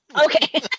okay